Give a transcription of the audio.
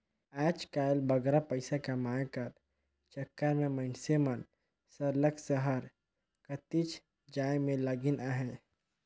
आएज काएल बगरा पइसा कमाए कर चक्कर में मइनसे मन सरलग सहर कतिच जाए में लगिन अहें